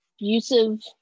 abusive